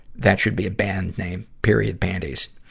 that should be a band name, period panties.